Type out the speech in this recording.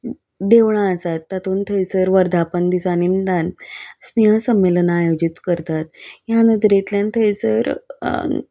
देवळां आसात तातूंत थंयसर वर्धापन दिसा निमतान स्नेह सम्मेलन आयोजीत करतात ह्या नदरेंतल्यान थंयसर